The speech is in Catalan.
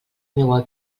meua